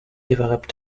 developed